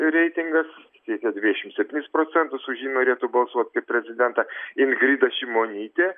reitingas siekia dvidešimt septynis procentus už jį norėtų balsuot kaip prezidentą ingrida šimonytė